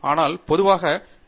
ஆனால் பொதுவாக பி